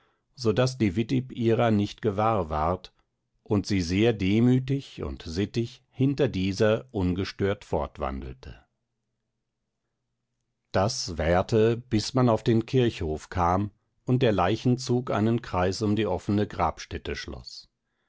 so daß die wittib ihrer nicht gewahr ward und sie sehr demütig und sittig hinter dieser ungestört fortwandelte das währte bis man auf den kirchhof kam und der leichenzug einen kreis um die offene grabstätte schloß